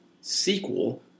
sequel